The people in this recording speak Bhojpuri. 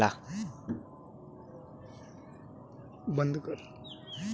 होम इंश्योरेंस से घर क प्राकृतिक आपदा से होये वाले नुकसान से बचावल जा सकला